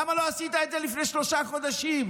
למה לא עשית את זה לפני שלושה חודשים?